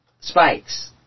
spikes